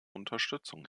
unterstützung